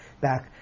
back